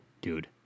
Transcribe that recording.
dude